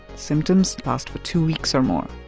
symptoms last for two weeks or more